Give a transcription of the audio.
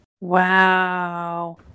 Wow